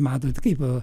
matot kaip